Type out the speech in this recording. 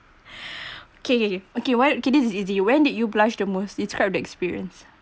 okay okay okay okay why don't okay this is easy when did you blushed the most describe the experience